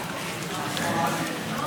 אחריו, חבר הכנסת דב חנין,